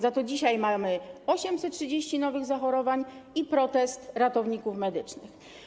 Za to dzisiaj mamy 830 nowych zachorowań i protest ratowników medycznych.